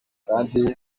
kandi